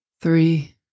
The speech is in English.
three